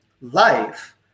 life